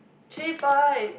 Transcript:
three point